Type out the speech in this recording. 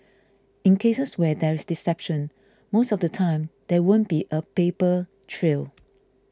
in cases where there is deception most of the time there won't be a paper trail